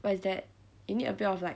what is that you need a bit of like